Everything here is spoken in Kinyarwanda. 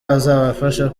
azabafasha